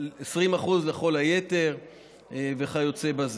20% לכל היתר וכיוצא בזה.